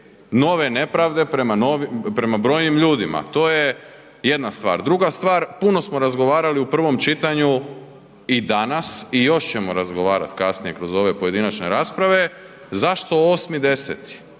nove nepravde prema brojnim ljudima. To je jedna stvar. Druga stvar, puno smo razgovarali u prvom čitanju i danas i još ćemo razgovarati kasnije kroz ove pojedinačne rasprave zašto 8.10., Dan